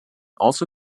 also